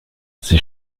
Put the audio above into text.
c’est